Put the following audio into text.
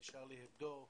בשארלי הבדו,